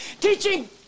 teaching